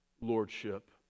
lordship